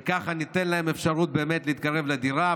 וככה ניתן להם אפשרות להתקרב לדירה.